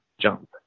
jump